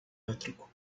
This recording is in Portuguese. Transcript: elétrico